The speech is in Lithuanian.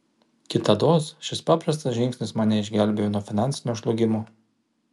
kitados šis paprastas žingsnis mane išgelbėjo nuo finansinio žlugimo